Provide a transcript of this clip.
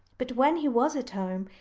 but when he was at home,